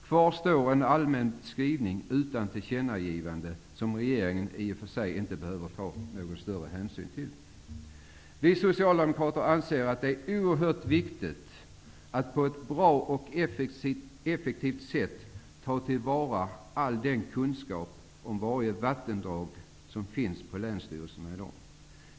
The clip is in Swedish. Kvar står en allmän skrivning utan tillkännagivande, som regeringen i och för sig inte behöver ta någon större hänsyn till. Vi socialdemokrater anser att det är oerhört viktigt att på ett bra och effektivt sätt ta till vara all länsstyrelsernas kunskap om varje vattendrag.